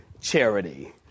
charity